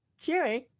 cheering